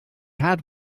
had